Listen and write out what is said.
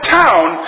town